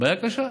בעיה קשה.